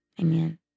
Amen